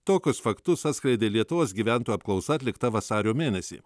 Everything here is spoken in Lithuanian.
tokius faktus atskleidė lietuvos gyventojų apklausa atlikta vasario mėnesį